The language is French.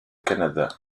canada